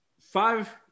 five